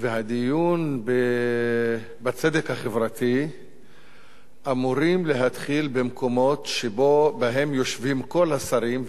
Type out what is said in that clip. והדיון בצדק החברתי אמורים להתחיל במקומות שבהם יושבים כל השרים,